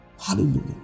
Hallelujah